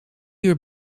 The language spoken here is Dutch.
uur